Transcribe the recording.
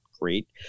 great